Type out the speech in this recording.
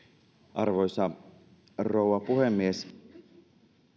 arvoisa rouva puhemies